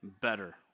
better